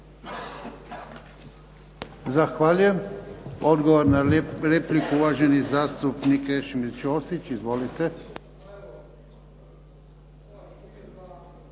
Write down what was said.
Zahvaljujem. Odgovor na repliku. Uvaženi zastupnik Krešimir Ćosić. Izvolite.